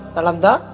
Nalanda